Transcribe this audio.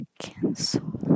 cancel